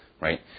right